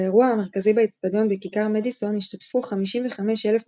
באירוע המרכזי באצטדיון בכיכר מדיסון השתתפו 55,000 מפגינים,